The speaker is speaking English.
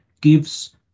gives